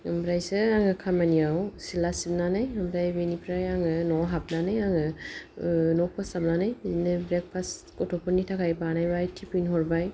ओमफ्रायसो आङो खामानियाव सिला सिबनानै ओमफ्राय बेनिफ्राय आङो न'आव हाबनानै आङो न' फोसाबनानै बिदिनो ब्रेकफास्ट गथ'फोरनि थाखाय बानायबाय टिफिन हरबाय